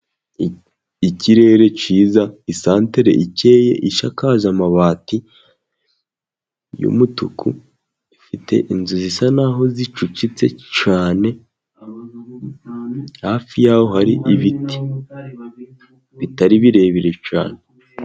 Ikirere cyiza, isantere ikeye isakaje amabati y'umutuku ifite inzu zisa n'aho zicucitse cyane. Hafi y'aho hari ibiti bitari birebire cyane.